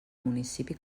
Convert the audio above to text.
municipi